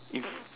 if